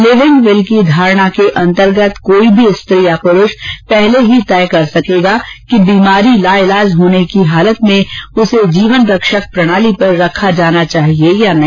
living will की धारणा के अंतर्गत कोई भी स्त्री या पुरूष पहले ही तय कर सकेगा कि बीमारी लाइलाज होने की हालत में उसे जीवन रक्षक प्रणाली पर रखा जाना चाहिये या नहीं